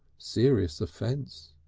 serious offence.